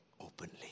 openly